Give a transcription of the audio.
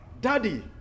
Daddy